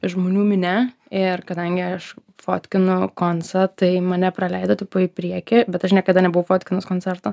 žmonių minia ir kadangi aš fotkinu koncą tai mane praleido tipo į priekį bet aš niekada nebuvau fotkinus koncerto